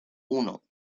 uno